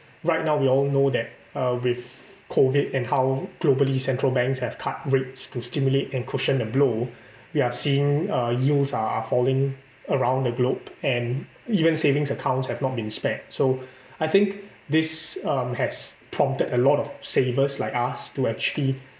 right now we all know that uh with COVID and how globally central banks have cut rates to stimulate and cushion the blow we are seeing uh yields are are falling around the globe and even savings accounts have not been spent so I think this uh has prompted a lot of savers like us to actually